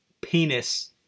penis